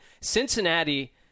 Cincinnati